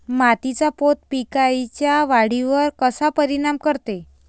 मातीचा पोत पिकाईच्या वाढीवर कसा परिनाम करते?